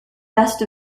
best